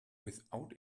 without